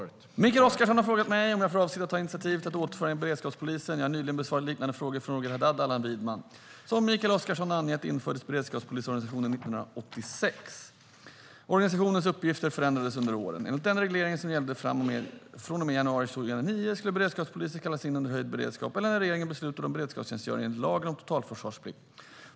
Herr talman! Mikael Oscarsson har frågat mig om jag har för avsikt att ta initiativ till att återinföra beredskapspolisen. Jag har nyligen besvarat liknande frågor från Roger Haddad och Allan Widman. Som Mikael Oscarsson har angett infördes beredskapspolisorganisationen 1986. Organisationens uppgifter förändrades under åren. Enligt den reglering som gällde från och med januari 2009 skulle beredskapspoliser kallas in under höjd beredskap eller när regeringen beslutat om beredskapstjänstgöring enligt lagen om totalförsvarsplikt.